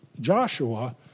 Joshua